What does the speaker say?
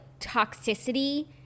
toxicity